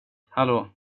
hallå